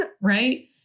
right